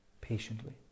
patiently